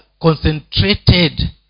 concentrated